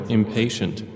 impatient